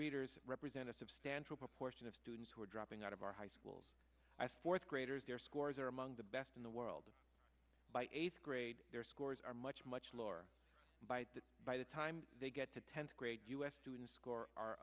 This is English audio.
readers represent a substantial proportion of students who are dropping out of our high schools as fourth graders their scores are among the best in the world by eighth grade their scores are much much lower by the by the time they get to tenth grade us to and score are